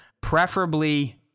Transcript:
preferably